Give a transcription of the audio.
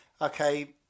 okay